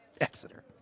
Exeter